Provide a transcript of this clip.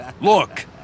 Look